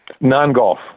Non-golf